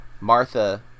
martha